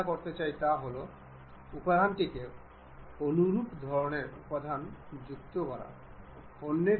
আমরা উপাদানগুলি ইন্সার্ট করব